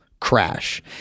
crash